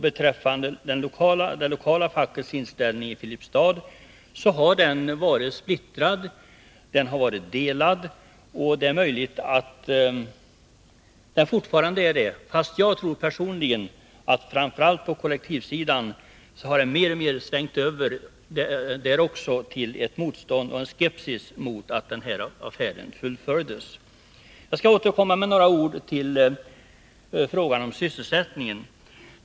Inställningen från det lokala facket i Filipstad har varit splittrad. Man har haft delade meningar, och det är möjligt att man fortfarande har det, fast personligen tror jag att inställningen framför allt på kollektivsidan mer och mer har svängt över så att det kommer till uttryck ett motstånd och en skepsis mot att den här affären fullföljs. Jag skall med några ord återkomma till frågan om sysselsättningen.